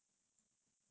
அந்த மாதிரி:antha maathiri